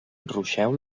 ruixeu